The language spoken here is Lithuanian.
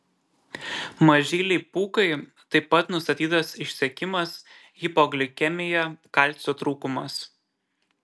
mažylei pūkai taip pat nustatytas išsekimas hipoglikemija kalcio trūkumas